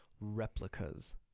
Replicas